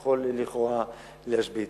יכול לכאורה להשבית.